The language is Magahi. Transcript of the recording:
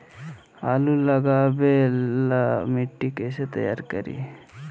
आलु लगावे ला मिट्टी कैसे तैयार करी?